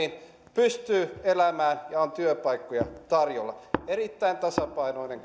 pystyy elämään ja on työpaikkoja tarjolla erittäin tasapainoinen